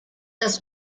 das